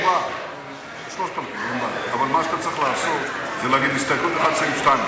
אבל מה שאתה צריך לעשות זה להגיד: הסתייגות עד סעיף 2,